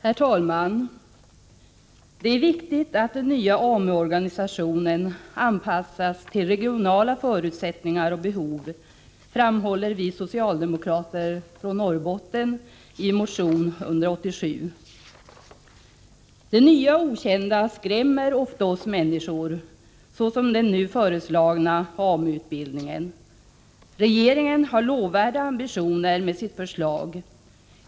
Nr 55 Herr talman! Det är viktigt att den nya AMU-organisationen anpassas till Måndagen den regionala förutsättningar och behov, framhåller vi socialdemokrater från — 17 december 1984 Norrbotten i motion nr 187. Det nya och okända skrämmer ofta oss människor — såsom den nu Ny organisation för föreslagna AMU-utbildningen. Regeringen har lovvärda ambitioner med sitt AMU förslag.